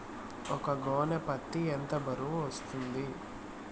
ఒక గోనె పత్తి ఎంత బరువు వస్తుంది?